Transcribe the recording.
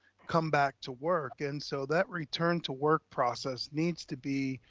come back to work. and so that return to work process needs to be,